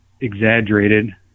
exaggerated